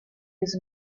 his